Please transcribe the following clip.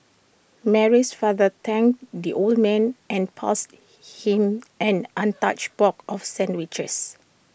Mary's father thanked the old man and passed him an untouched box of sandwiches